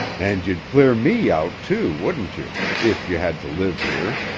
and you'd clear me out, too, wouldn't you if you had to live here.